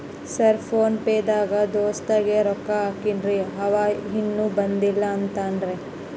Sir PhonePe ದಾಗ ದೋಸ್ತ್ ಗೆ ರೊಕ್ಕಾ ಹಾಕೇನ್ರಿ ಅಂವ ಇನ್ನು ಬಂದಿಲ್ಲಾ ಅಂತಾನ್ರೇ?